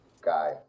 guy